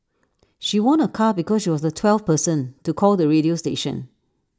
she won A car because she was the twelfth person to call the radio station